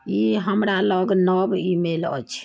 की हमरा लग नव ईमेल अछि